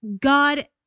God